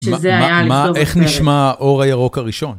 איך נשמע האור הירוק הראשון?